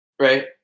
right